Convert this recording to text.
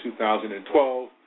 2012